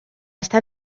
está